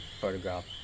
photograph